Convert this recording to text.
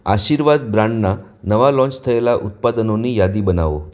આશીર્વાદ બ્રાન્ડના નવા લોન્ચ થયેલા ઉત્પાદનોની યાદી બનાવો